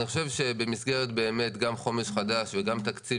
אני חושב שבמסגרת באמת גם חומש חדש וגם תקציב,